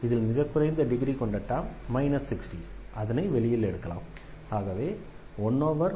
இதில் மிக குறைந்த டிகிரி கொண்ட டெர்ம் 6D